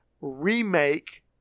remake